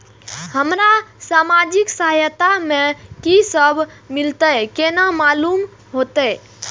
हमरा सामाजिक सहायता में की सब मिलते केना मालूम होते?